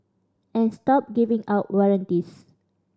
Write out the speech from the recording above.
and stop giving out warranties